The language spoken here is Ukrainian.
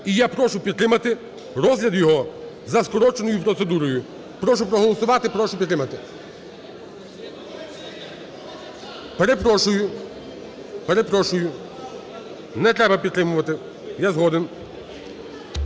І я прошу підтримати розгляд його за скороченою процедурою. Прошу проголосувати, прошу підтримати. Перепрошую, перепрошую, не треба підтримувати, я згоден.